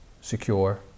secure